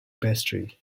pastry